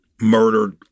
murdered